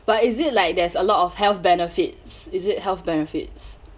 but is it like there's a lot of health benefits is it health benefits